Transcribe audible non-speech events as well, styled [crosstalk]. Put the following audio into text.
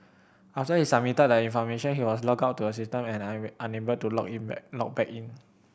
after he submitted the information he was logged out of the system and [unintelligible] unable to log in [unintelligible] log back in